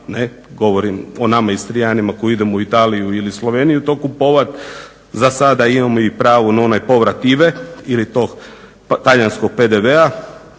govorim o nama Istrijanima koji idemo u Italiju ili Sloveniju to kupovati. Zasada imamo i pravo na onaj povrat IVA-e ili talijanskog PDV-a,